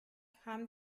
haben